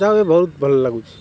ଯାହାହେଉ ବହୁତ ଭଲ ଲାଗୁଛି